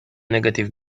negative